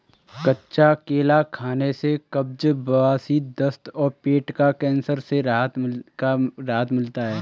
कच्चा केला खाने से कब्ज, बवासीर, दस्त और पेट का कैंसर से राहत मिलता है